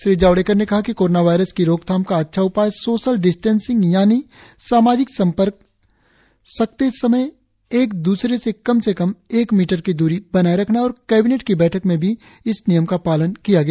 श्री जावड़ेकर ने कहा कि कोरोना वायरस की रोकथाम का अच्छा उपाय सोशल डिस्टेंसिंग यानी सामाजिक संपर्क सकते समय एक दूसरे से कम से कम एक मीटर की दूरी बनाए रखना है और कैबिनेट की बैठक में भी इस नियम का पालन किया गया